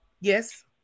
Yes